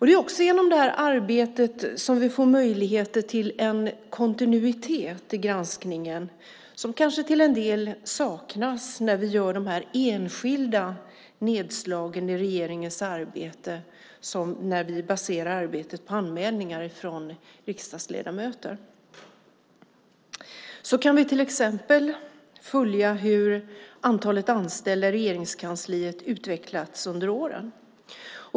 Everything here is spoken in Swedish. Det är också genom det här arbetet som vi får möjlighet till en kontinuitet i granskningen som kanske till en del saknas när vi gör de enskilda nedslagen i regeringens arbete, som när vi baserar arbetet på anmälningar från riksdagsledamöter. Vi kan till exempel följa hur antalet anställda i Regeringskansliet utvecklats under åren.